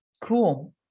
Cool